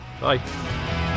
bye